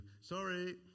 Sorry